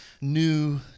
new